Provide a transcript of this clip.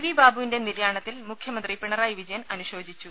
V ബാബുവിന്റെ നിര്യാണത്തിൽ മുഖ്യമന്ത്രി പിണറായി വിജയൻ അനുശോചിച്ചു